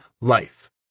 life